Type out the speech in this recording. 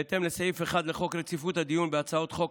בהתאם לסעיף 1 לחוק רציפות הדיון בהצעות חוק,